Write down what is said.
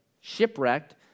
shipwrecked